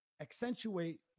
accentuate